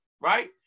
right